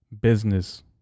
business